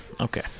Okay